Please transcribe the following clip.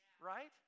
right